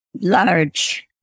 large